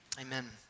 amen